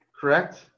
correct